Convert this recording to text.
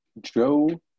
Joe